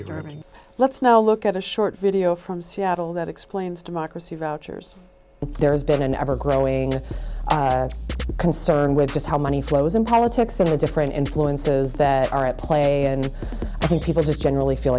is going to mean let's now look at a short video from seattle that explains democracy vouchers there's been an ever growing concern with just how money flows in politics and the different influences that are at play and i think people just generally feel